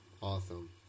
Awesome